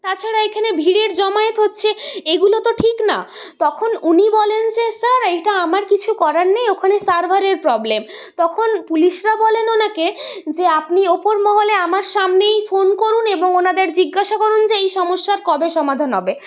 তাছাড়া এখানে ভিড়ের জমায়েত হচ্ছে এগুলো তো ঠিক না তখন উনি বলেন যে স্যার এইটা আমার কিছু করার নেই ওখানে সার্ভারের প্রবলেম তখন পুলিশরা বলেন ওঁকে যে আপনি ওপর মহলে আমার সামনেই ফোন করুন এবং ওনাদের জিজ্ঞাসা করুন যে এই সমস্যার কবে সমাধান হবে